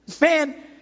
Man